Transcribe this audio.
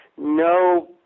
No